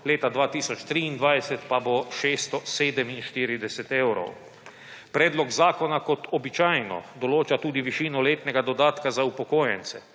leta 2023 pa bo 647 evrov. Predlog zakona kot običajno določa tudi višino letnega dodatka za upokojence.